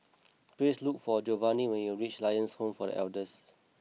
please look for Jovanni when you reach Lions Home for The Elders